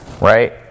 right